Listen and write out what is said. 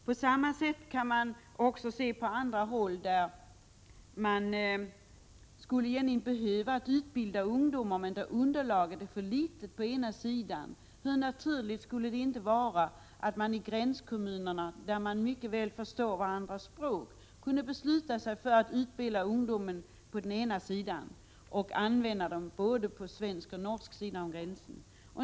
På samma sätt är det i andra gränskommuner, där man tt.ex. skulle behöva utbilda ungdomar men där underlaget är för litet på ena sidan. Hur naturligt skulle det inte vara att man vid gränskommunerna kunde bestämma sig för att utbilda ungdomar på den andra sidan, eftersom människorna mycket väl förstår varandras språk.